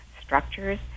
structures